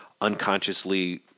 unconsciously